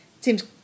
seems